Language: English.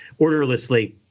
orderlessly